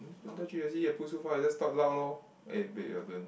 don't touch it you see you put so far you just talk lour lor eh beg you don't